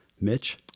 Mitch